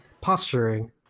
posturing